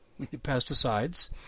pesticides